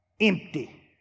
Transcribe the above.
Empty